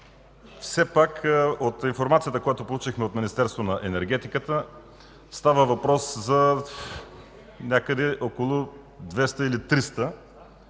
Все пак от информацията, която получихме от Министерство на енергетиката, става въпрос за около 200 или 300,